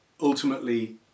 ultimately